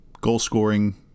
goal-scoring